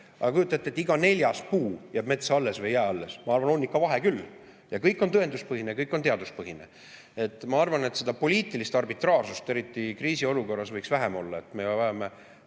ette, et iga neljas puu jääb metsa alles või ei jää alles. Ma arvan, et on ikka vahe küll. Ja kõik on tõenduspõhine, kõik on teaduspõhine. Ma arvan, et seda poliitilist arbitraarsust, eriti kriisiolukorras, võiks vähem olla.